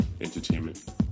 Entertainment